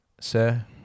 sir